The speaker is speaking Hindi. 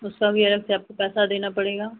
उसका भी अलग से आपको पैसा देना पड़ेगा